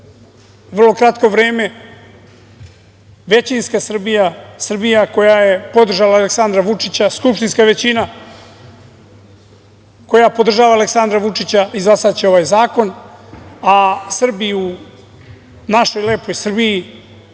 vrlo kratko vreme većinska Srbija, Srbija koja je podržala Aleksandra Vučića skupštinska većina koja podržava Aleksandra Vučića izglasaće ovaj zakon, a Srbi u našoj lepoj Srbiji